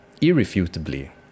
irrefutably